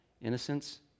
Innocence